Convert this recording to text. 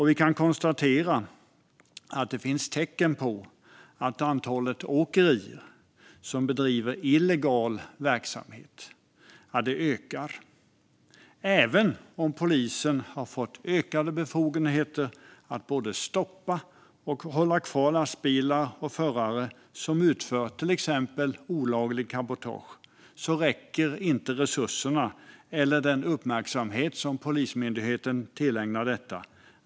Vi kan konstatera att det finns tecken på att antalet åkerier som bedriver illegal verksamhet ökar. Även om polisen har fått ökade befogenheter att stoppa och hålla kvar lastbilar och förare som utför till exempel olagligt cabotage räcker inte resurserna eller den uppmärksamhet som Polismyndigheten tillägnar detta.